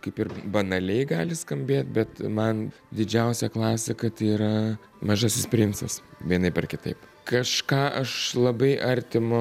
kaip ir banaliai gali skambėt bet man didžiausia klasika tai yra mažasis princas vienaip ar kitaip kažką aš labai artimo